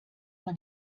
man